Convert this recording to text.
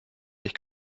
sich